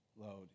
load